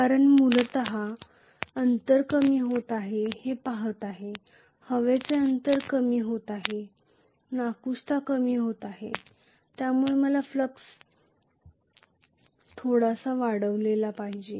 कारण मी मूलत अंतर कमी होत आहे हे पाहत आहे हवेचे अंतर कमी होत आहे रिलक्टन्स कमी होत आहे ज्यामुळे मला फ्लक्स थोडासा वाढवला पाहिजे